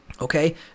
Okay